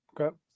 okay